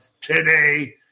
today